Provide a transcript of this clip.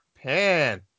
pan